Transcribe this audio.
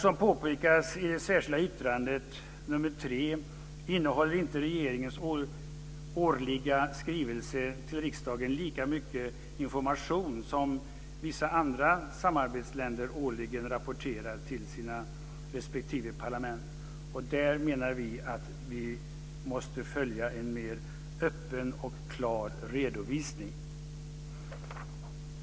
Som påpekas i det särskilda yttrandet nr 3 innehåller inte regeringens årliga skrivelse till riksdagen lika mycket information som vissa andra samarbetsländers årliga rapporter till sina respektive parlament. Där menar vi att vi måste ha en mer öppen och klar redovisning.